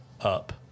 up